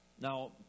Now